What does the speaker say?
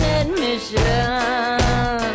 admission